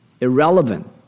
irrelevant